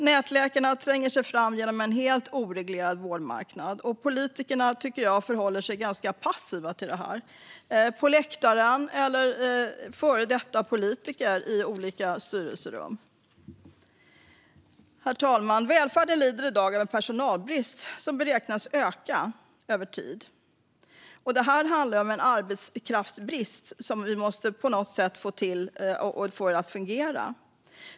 Nätläkarna tränger sig fram genom en helt oreglerad vårdmarknad, och politikerna förhåller sig ganska passiva till detta - på läktaren eller före detta politiker i olika styrelserum. Herr talman! Välfärden lider i dag av personalbrist, som beräknas öka över tid. Det handlar om en arbetskraftsbrist, som vi på något sätt måste få att fungera.